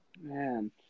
man